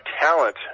talent